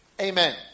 Amen